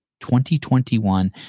2021